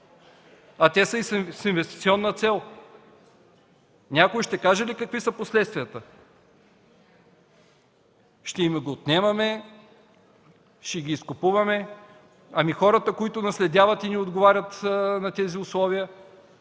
А те са и с инвестиционна цел. Някой ще каже ли какви са последствията? Ще им ги отнемаме ли? Ще ги изкупуваме ли? Ами хората, които наследяват земи и не отговарят на тези условия?